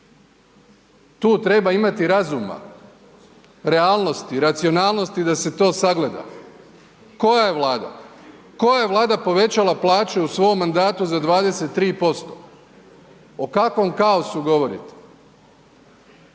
tu treba imati razuma, realnosti, racionalnosti da se to sagleda, koja je Vlada, koja je Vlada povećala plaće u svom mandatu za 23%, o kakvom kaosu govorite?